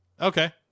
Okay